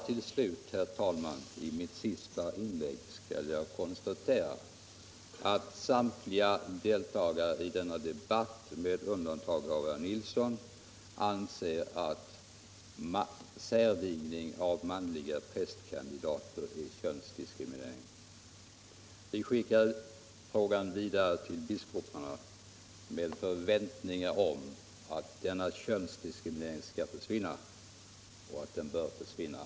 Till slut, herr talman, vill jag konstatera att samtliga deltagare i denna debatt med undantag av herr Nilsson i Agnäs anser att särvigning av manliga prästkandidater är könsdiskriminering. Vi skickar frågan vidare till biskoparna med förväntningar om att denna könsdiskriminering skall försvinna, och det snarast.